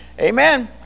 Amen